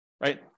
right